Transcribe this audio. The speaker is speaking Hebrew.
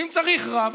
ואם צריך רב,